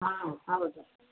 ಹಾಂ ಹೌದು